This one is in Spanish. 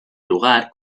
lugar